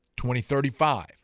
2035